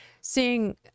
seeing